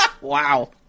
Wow